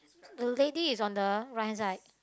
the lady is on the right hand side